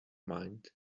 mind